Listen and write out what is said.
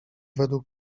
według